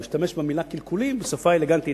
הוא השתמש במלה "קלקולים" בשפה אלגנטית.